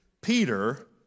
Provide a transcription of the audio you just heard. Peter